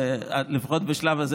לפחות בשלב הזה,